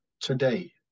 today